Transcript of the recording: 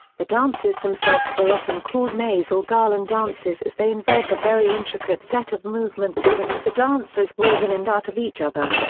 the dances themselves were often called maze or garland dances as they involved a very intricate set of movements in which the dancers wove in and out of each other.